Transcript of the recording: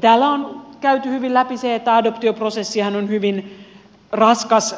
täällä on käyty hyvin läpi se että adoptioprosessihan on hyvin raskas